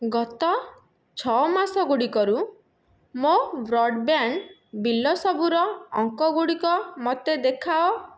ଗତ ଛଅ ମାସଗୁଡ଼ିକରୁ ମୋ ବ୍ରଡ଼୍ବ୍ୟାଣ୍ଡ୍ ବିଲ୍ ସବୁର ଅଙ୍କଗୁଡ଼ିକ ମୋତେ ଦେଖାଅ